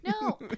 No